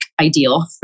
ideal